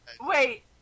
Wait